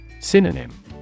Synonym